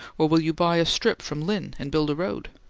or will you buy a strip from linn and build a road?